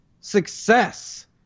success